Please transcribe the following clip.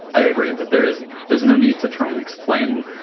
i agree that there is there's no need to try and explain